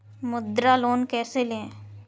मुद्रा लोन कैसे ले?